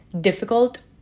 difficult